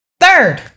Third